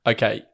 Okay